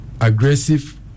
aggressive